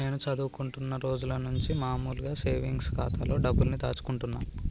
నేను చదువుకుంటున్న రోజులనుంచి మామూలు సేవింగ్స్ ఖాతాలోనే డబ్బుల్ని దాచుకుంటున్నా